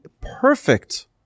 perfect